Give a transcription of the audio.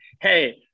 Hey